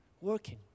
working